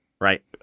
Right